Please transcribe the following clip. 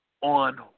on